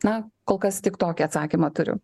na kol kas tik tokį atsakymą turiu